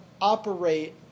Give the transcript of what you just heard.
operate